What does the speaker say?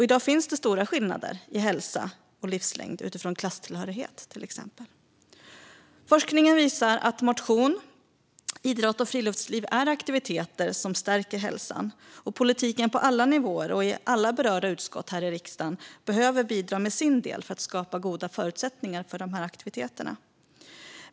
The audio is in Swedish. I dag finns det stora skillnader i hälsa och livslängd utifrån exempelvis klasstillhörighet. Forskningen visar att motion, idrott och friluftsliv är aktiviteter som stärker hälsan. Politiken på alla nivåer och i alla berörda utskott här i riksdagen behöver bidra med sin del för att skapa goda förutsättningar för de här aktiviteterna.